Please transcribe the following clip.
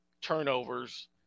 turnovers